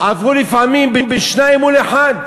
עברו לפעמים בשניים מול אחד.